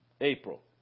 April